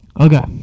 Okay